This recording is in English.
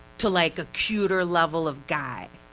to like a cuter level of guy.